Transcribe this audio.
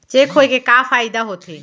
Cheque होए के का फाइदा होथे?